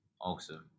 Awesome